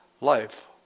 life